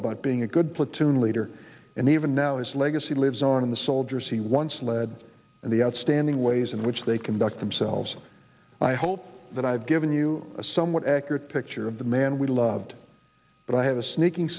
about being a good platoon leader and even now its legacy lives on in the soldiers he once led and the outstanding ways in which they conduct themselves i hope that i've given you a somewhat accurate picture of the man we loved but i have a sneaking